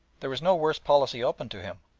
there was no worse policy open to him.